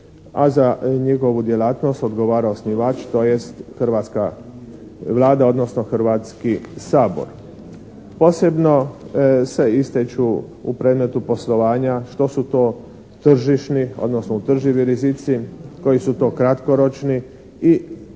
A za njegovu djelatnost odgovara osnivač, tj., hrvatska Vlada, odnosno Hrvatski sabor. Posebno se ističu u predmetu poslovanja što su to tržišni, odnosno utrživi rizici, koji su to kratkoročni i